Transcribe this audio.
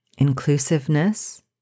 inclusiveness